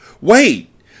Wait